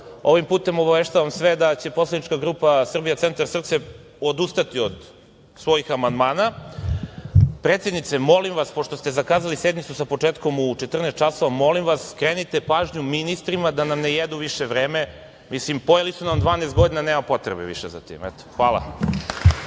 ovim putem obaveštavam sve da će poslanička grupa Srbija centar – SRCE, odustati od svojih amandmana. Predsednice, molim vas, pošto ste zakazali sednicu sa početkom u 14 časova, molim vas skrenite pažnju ministrima da nam ne jedu više vreme, mislim, pojeli su nam 12 godina, nema potrebe više za tim, hvala.